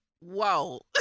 Whoa